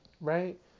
right